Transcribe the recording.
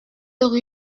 rue